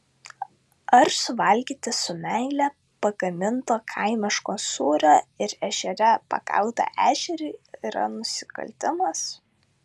ar suvalgyti su meile pagaminto kaimiško sūrio ir ežere pagautą ešerį yra nusikaltimas